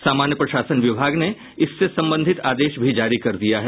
सामान्य प्रशासन विभाग ने इससे संबंधित आदेश भी जारी कर दिया है